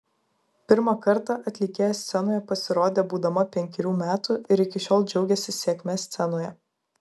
pirmą kartą atlikėja scenoje pasirodė būdama penkerių metų ir iki šiol džiaugiasi sėkme scenoje